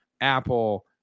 Apple